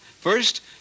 First